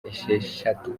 esheshatu